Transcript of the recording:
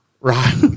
Right